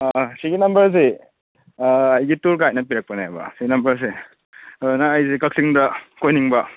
ꯁꯤꯒꯤ ꯅꯝꯕꯔꯁꯤ ꯑꯩꯒꯤ ꯇꯨꯔ ꯒꯥꯏꯗꯅ ꯄꯤꯔꯛꯄꯅꯦꯕ ꯁꯤ ꯅꯝꯕꯔꯁꯦ ꯑꯗꯨꯅ ꯑꯩꯁꯤ ꯀꯛꯆꯤꯡꯗ ꯀꯣꯏꯅꯤꯡꯕ